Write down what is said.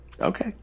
Okay